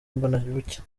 mbonabucya